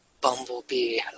Bumblebee